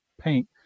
paint